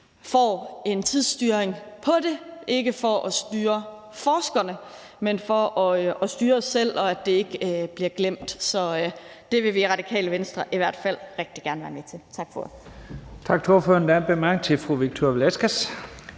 får en tidsstyring af det, ikke for at styre forskerne, men for at styre os selv, og for at det ikke bliver glemt. Det vil vi i Radikale Venstre i hvert fald rigtig gerne være med til. Tak for